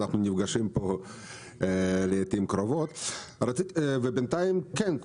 אנחנו נפגשים פה לעיתים קרובות ובינתיים כן,